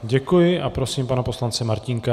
Děkuji a prosím pana poslance Martínka.